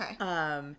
Okay